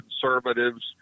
conservatives